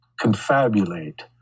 confabulate